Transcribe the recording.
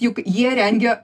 juk jie rengia